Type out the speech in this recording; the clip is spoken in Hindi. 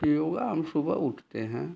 योगा हम सुबह उठते हैं